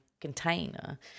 container